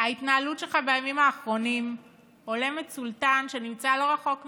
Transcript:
ההתנהלות שלך בימים האחרונים הולמת סולטאן שנמצא לא הרחק מכאן,